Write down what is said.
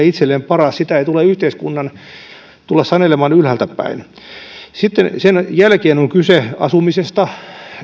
itselleen paras sitä ei pidä yhteiskunnan tulla sanelemaan ylhäältä päin sen jälkeen on kyse asumisesta